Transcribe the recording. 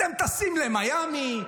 אתם טסים למיאמי.